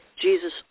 Jesus